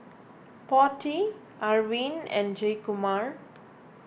Potti Arvind and Jayakumar